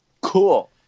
Cool